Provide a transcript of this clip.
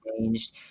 changed